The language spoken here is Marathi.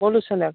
पोल्यशन आहे